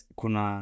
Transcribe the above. kuna